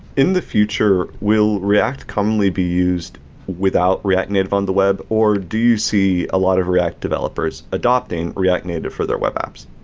in the future, will react commonly be used without react native on the web, or do you see a lot of react developers adopting react native for their web apps?